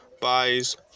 buys